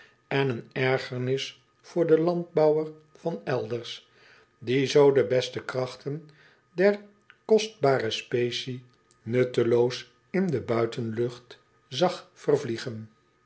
en een ergernis voor den landbouwer van elders die zoo de beste krachten der kostbarespecie nutteloos in de buitenlucht zag vervliegen